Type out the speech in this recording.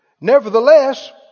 Nevertheless